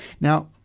Now